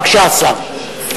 בבקשה, השר.